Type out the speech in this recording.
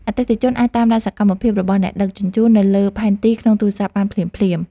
អតិថិជនអាចតាមដានសកម្មភាពរបស់អ្នកដឹកជញ្ជូននៅលើផែនទីក្នុងទូរសព្ទបានភ្លាមៗ។